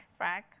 frack